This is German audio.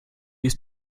ist